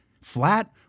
flat